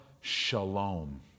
Shalom